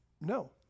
no